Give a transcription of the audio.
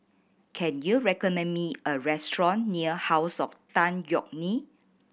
can you recommend me a restaurant near House of Tan Yeok Nee